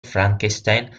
frankenstein